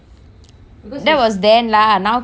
that was then lah now can [what]